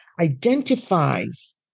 identifies